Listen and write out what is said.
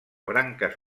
branques